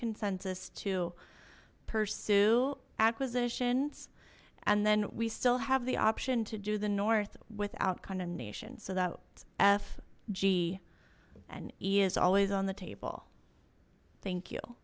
consensus to pursue acquisitions and then we still have the option to do the north without condemnation so that f g and e is always on the table thank you